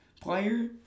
player